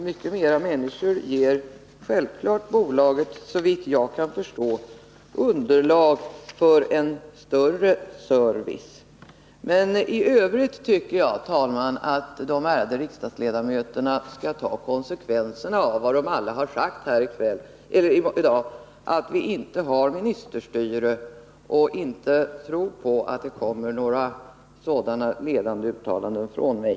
Många fler människor ger, såvitt jag kan förstå, bolaget underlag för mer omfattande service. I övrigt tycker jag, herr talman, att de ärade riksdagsledamöterna skall ta konsekvenserna av vad de alla har sagt här i dag — att vi inte har ministerstyre. De skall därför inte tro att det kommer några ledande uttalanden från mig.